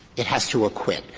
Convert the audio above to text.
it has to acquit.